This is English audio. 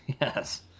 yes